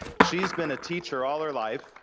she's been a teacher all her life,